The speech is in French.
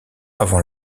avant